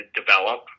develop